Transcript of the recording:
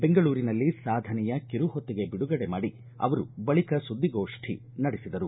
ಬೆಂಗಳೂರಿನಲ್ಲಿ ಸಾಧನೆಯ ಕಿರುಹೊತ್ತಿಗೆ ಬಿಡುಗಡೆ ಮಾಡಿ ಅವರು ಬಳಿಕ ಸುದ್ದಿಗೋಷ್ಠಿ ನಡೆಸಿದರು